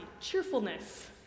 cheerfulness